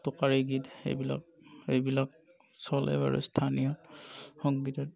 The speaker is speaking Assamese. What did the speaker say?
টোকাৰী গীত সেইবিলাক এইবিলাক চলে বাৰু স্থানীয় সংগীতত